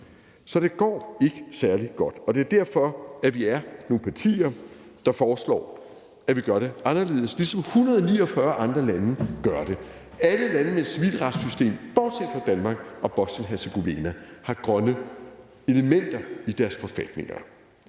Så det går ikke særlig godt, og det er derfor, at vi er nogle partier, der foreslår, at vi gør det anderledes, ligesom 149 andre lande gør det. Alle lande med et civilt retssystem bortset fra Danmark og Bosnien-Hercegovina har grønne elementer i deres forfatninger.